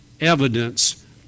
evidence